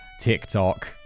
TikTok